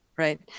Right